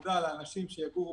ופרנסה לאנשים שיגורו